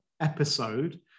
episode